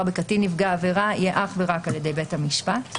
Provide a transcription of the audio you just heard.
בקטין נפגע עבירה יהיה אך ורק על ידי בית המשפט.